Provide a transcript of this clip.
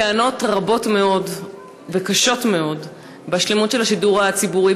טענות רבות מאוד וקשות מאוד על השלמות של השידור הציבור,